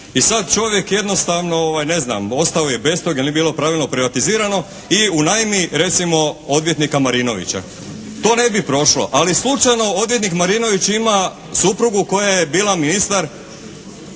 I sad čovjek jednostavno ne znam ostao je bez toga ili nije bila pravilno privatizirano i unajmi recimo odvjetnika Marinovića. To ne bi prošlo. Ali slučajno odvjetnik Marinović ima suprugu koja je bila ministar